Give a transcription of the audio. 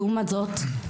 לעומת זאת,